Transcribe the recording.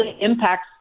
impacts